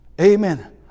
Amen